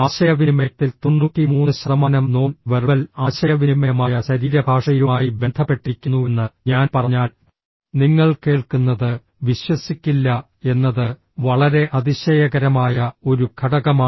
ആശയവിനിമയത്തിൽ 93 ശതമാനം non verbal ആശയവിനിമയമായ ശരീരഭാഷയുമായി ബന്ധപ്പെട്ടിരിക്കുന്നുവെന്ന് ഞാൻ പറഞ്ഞാൽ നിങ്ങൾ കേൾക്കുന്നത് വിശ്വസിക്കില്ല എന്നത് വളരെ അതിശയകരമായ ഒരു ഘടകമാണ്